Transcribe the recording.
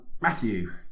Matthew